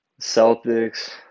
Celtics